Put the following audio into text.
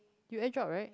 you air drop right